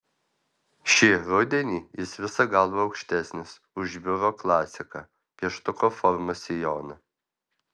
šį rudenį jis visa galva aukštesnis už biuro klasiką pieštuko formos sijoną